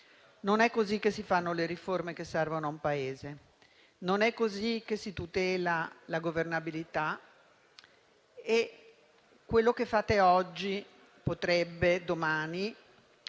Non è così che si fanno le riforme che servono a un Paese. Non è così che si tutela la governabilità e quello che fate oggi potrebbe domani